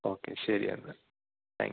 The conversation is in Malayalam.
ഓക്കെ ശെരിയെന്നാ താങ്ക്യൂ